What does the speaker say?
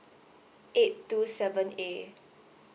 eight two seven A